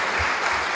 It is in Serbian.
Hvala